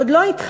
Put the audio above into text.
עוד לא התחלנו,